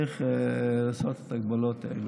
לעשות את ההגבלות האלו.